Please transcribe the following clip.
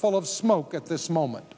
full of smoke at this moment